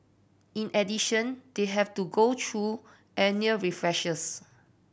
in addition they have to go through annual refreshers